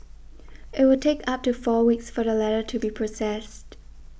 it will take up to four weeks for the letter to be processed